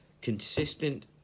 consistent